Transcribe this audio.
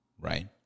right